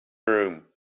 room